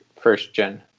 first-gen